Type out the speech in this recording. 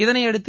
இதனையடுத்து